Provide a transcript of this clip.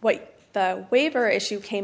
what the waiver issue came